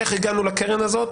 איך הגענו לקרן הזאת,